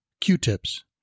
Q-tips